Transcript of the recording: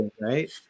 right